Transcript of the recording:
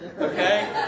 Okay